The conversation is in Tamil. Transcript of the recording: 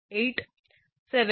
87 kV